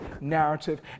narrative